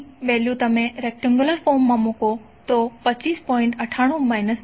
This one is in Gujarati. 98 j15 Ω છે